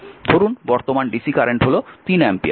ধরুন বর্তমান DC current হল 3 অ্যাম্পিয়ার